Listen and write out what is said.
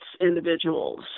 individuals